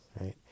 right